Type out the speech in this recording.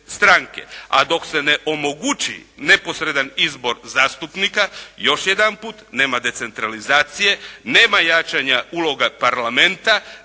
a dok se ne omogući neposredan izbor zastupnika još jedanput nema decentralizacije, nema jačanja uloga parlamenta,